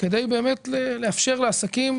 כדי באמת לאפשר לעסקים,